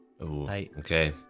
Okay